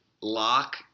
lock